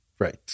Right